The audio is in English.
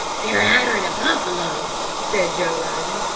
they're arter the buffalo, said joe, rising,